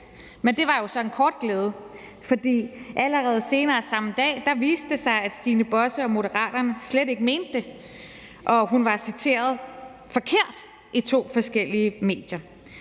Men det var jo så en kort glæde, for allerede senere samme dag viste det sig, at Stine Bosse og Moderaterne slet ikke mente det, og at hun var citeret forkert i to forskellige medier.